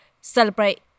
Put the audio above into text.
celebrate